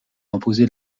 imposer